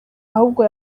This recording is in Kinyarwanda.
ahubwo